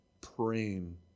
praying